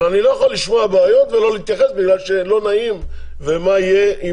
אבל אני לא יכול לשמוע בעיות ולא להתייחס בגלל שלא נעים ומה יהיה,